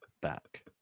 back